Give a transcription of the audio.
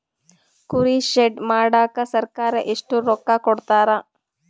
ಕುರಿ ಶೆಡ್ ಮಾಡಕ ಸರ್ಕಾರ ಎಷ್ಟು ರೊಕ್ಕ ಕೊಡ್ತಾರ?